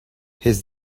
his